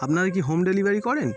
আপনারা কি home delivery করেন